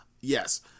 yes